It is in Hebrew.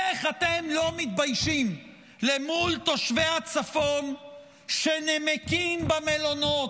איך אתם לא מתביישים מול תושבי הצפון שנמקים במלונות,